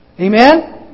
Amen